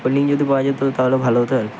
cold drink যদি পাওয়া যেতো তাহলে ভালো হতো আর কী